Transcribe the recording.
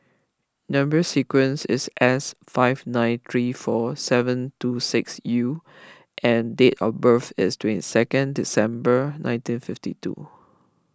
Number Sequence is S five nine three four seven two six U and date of birth is twenty second December nineteen fifty two